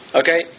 okay